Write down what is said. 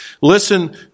Listen